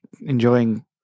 enjoying